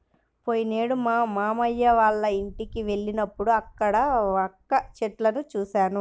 పోయినేడు మా మావయ్య వాళ్ళింటికి వెళ్ళినప్పుడు అక్కడ వక్క చెట్లను చూశాను